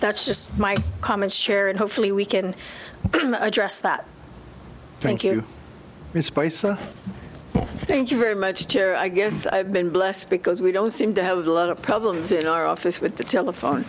that's just my comment share and hopefully we can address that thank you spicer thank you very much i guess i've been blessed because we don't seem to have a lot of problems in our office with the telephone